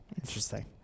Interesting